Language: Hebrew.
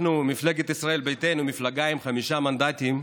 אנחנו, מפלגת ישראל ביתנו, מפלגה עם חמישה מנדטים,